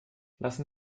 lassen